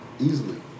Easily